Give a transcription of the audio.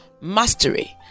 Mastery